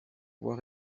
voir